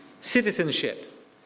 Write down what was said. citizenship